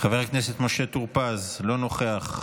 חבר הכנסת משה טור פז, לא נוכח.